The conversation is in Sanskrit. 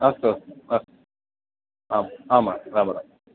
अस्तु अस्तु अस्तु आम् आम् राम राम्